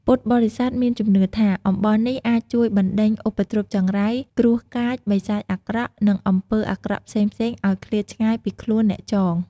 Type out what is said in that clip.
ពុទ្ធបរិស័ទមានជំនឿថា អំបោះនេះអាចជួយបណ្ដេញឧបទ្រពចង្រៃ គ្រោះកាច បិសាចអាក្រក់ និងអំពើអាក្រក់ផ្សេងៗឲ្យឃ្លាតឆ្ងាយពីខ្លួនអ្នកចង។